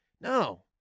No